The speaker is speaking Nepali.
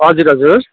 हजुर हजुर